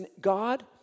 God